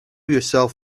yourself